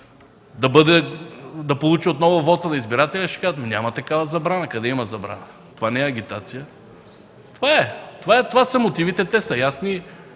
да получи отново вота на избирателите”, те ще кажат: „Ами няма такава забрана. Къде има забрана?! Това не е агитация.” Това е! Това са мотивите. Те са ясни.